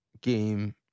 game